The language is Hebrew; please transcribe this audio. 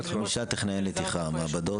ולראות --- 5 טכנאי נתיחה; מעבדות,